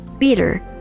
leader